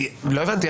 לא הבנתי.